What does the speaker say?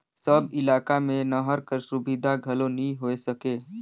सब इलाका मे नहर कर सुबिधा घलो नी होए सके